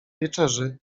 wieczerzy